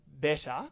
better